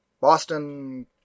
Boston